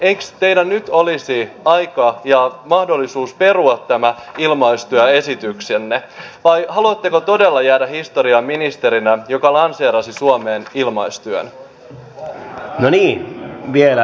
eikö teidän nyt olisi aika ja mahdollisuus perua tämä ilmaistyöesityksenne vai haluatteko todella jäädä historiaan ministerinä joka lanseerasi suomeen ilmaistyön